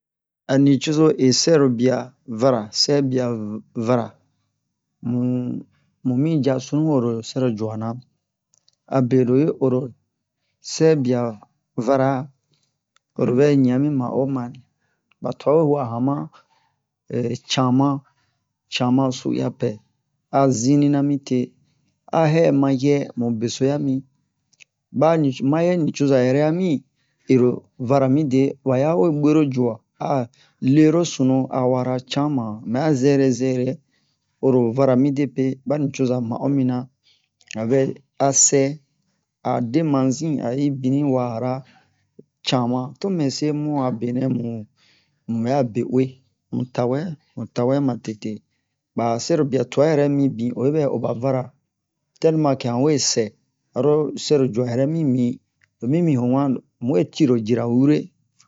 a nucuzo e sɛrobiya vara sɛbiya vara mumi ca sunuwo lo sɛrocuwa na abe lo hi oro cɛbiya vara oro vɛ ɲiyan mi ma'o ma nin ɓa twa we wa'a ma cama cama su'uya pɛɛ a zinni na mite a hɛ mayɛ mu beso ya mi ɓa ni mayɛ cucoza yɛrɛ yami ero vara mide ɓa ya we ɓero juwa a lero sunu a wara caman mɛ a zɛrɛ zɛrɛ horo vara midepe ɓa nucoza ma'o minan a vɛ a sɛɛ a de mazin a i binni wara caman to me se mu a benɛ mu ɓɛ a be'uwe mu tawɛ mu tawɛ matete ɓa sɛrobiya twa yɛrɛ mibin oyi ɓɛ o ɓa vara tɛlima-ke hɛro sɛrocuwa yɛrɛ mi min ho wan lo cira wure